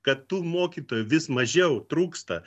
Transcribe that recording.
kad tų mokytojų vis mažiau trūksta